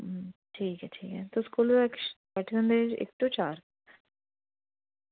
ठीक ऐ ठीक ऐ तुस कोलै बैठे दे होंदे इक्क टू चार